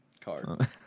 card